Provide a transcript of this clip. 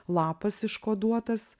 lapas iškoduotas